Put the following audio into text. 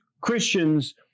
christians